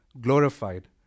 glorified